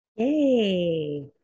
Yay